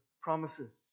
promises